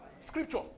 Scripture